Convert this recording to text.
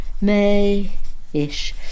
May-ish